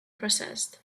processed